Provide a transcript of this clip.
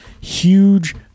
huge